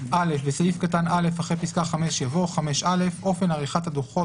בסעיף קטן (א) אחרי פסקה (5) יבוא: (5)(א): אופן עריכת הדוחות